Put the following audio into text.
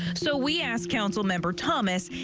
so we asked council member thomas,